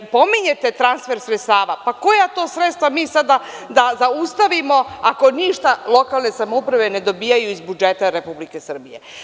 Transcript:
Pominjete transfer sredstava, pa koja to sredstva mi sada da zaustavimo ako ništa lokalne samouprave ne dobijaju iz budžeta Republike Srbije?